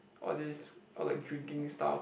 all these or like drinking stuff